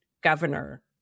governor